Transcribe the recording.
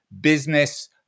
Business